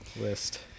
list